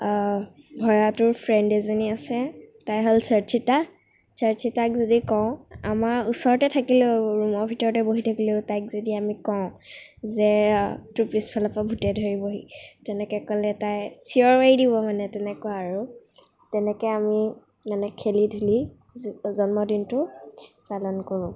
ভয়াতুৰ ফ্ৰেণ্ড এজনী আছে তাই হ'ল চৰ্চিতা চৰ্চিতাক যদি কওঁ আমাৰ ওচৰতে থাকিলেও ৰুমৰ ভিতৰতে বহি থাকিলেও তাইক যদি আমি কওঁ যে তোক পিছফালৰপৰা ভূতে ধৰিবহি তেনেকৈ ক'লে তাই চিঞৰ মাৰি দিব মানে তেনেকুৱা আৰু তেনেকৈ আমি মানে খেলি ধূলি জ জন্মদিনটো পালন কৰোঁ